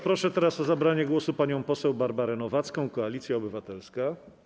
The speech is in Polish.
Proszę teraz o zabranie głosu panią poseł Barbarę Nowacką, Koalicja Obywatelska.